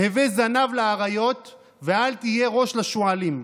הווי זנב לאריות ואל תהיה ראש לשועלים.